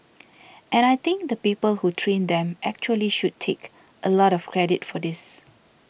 and I think the people who trained them actually should take a lot of credit for this